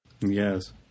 Yes